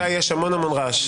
רבותיי, יש המון רעש.